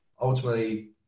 Ultimately